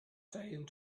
trying